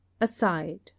aside